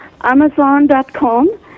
Amazon.com